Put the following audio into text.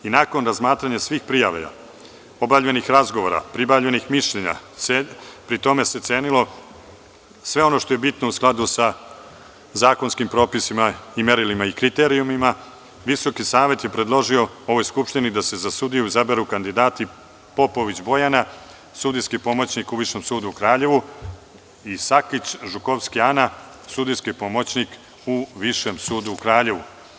Nakon razmatranja svih prijava, obavljenih razgovora, pribavljenih mišljenja, pri tome se cenilo sve ono što je bitno u skladu sa zakonskim propisima i merilima i kriterijumima, Visoki savet je predložio ovoj Skupštini da se za sudiju izaberu kandidati Popović Bojana, sudijski pomoćnik u Višem sudu u Kraljevu i Sakić Žukovski Ana, sudijski pomoćnik u Višem sudu u Kraljevu.